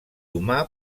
humà